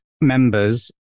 members